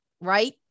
right